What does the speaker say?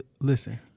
listen